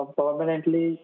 permanently